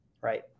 right